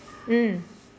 mm